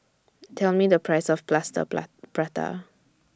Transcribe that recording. Tell Me The Price of Plaster Prata